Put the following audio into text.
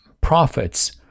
prophets